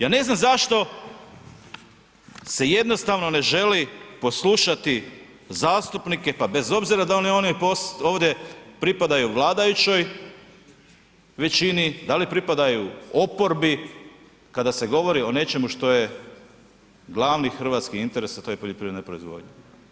Ja ne znam zašto se jednostavno ne želi poslušati zastupnike pa bez obzira da li oni ovdje pripadaju vladajućoj većini, da li pripadaju oporbi, kada se govori o nečemu što je glavni hrvatski interes, a to je poljoprivredna proizvodnja.